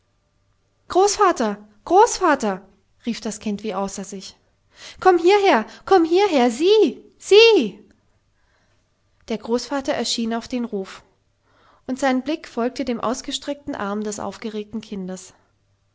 großvater großvater rief das kind wie außer sich komm hierher komm hierher sieh sieh der großvater erschien auf den ruf und sein blick folgte dem ausgestreckten arm des aufgeregten kindes